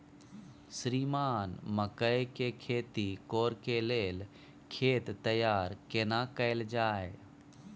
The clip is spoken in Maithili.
श्रीमान मकई के खेती कॉर के लेल खेत तैयार केना कैल जाए?